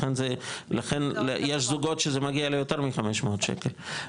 לכן יש זוגות שזה מגיע ליותר מ-500 שקל,